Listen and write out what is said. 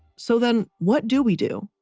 so then what do we do?